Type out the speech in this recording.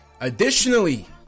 additionally